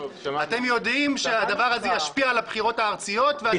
אתם יודעים שהדבר הזה ישפיע על הבחירות הארציות.